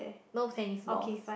no tennis balls